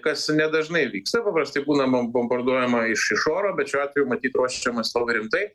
kas nedažnai vyksta paprastai būnama bombarduojama iš iš oro bet šiuo atveju matyt ruošiamasi labai rimtai